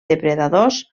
depredadors